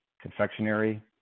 confectionery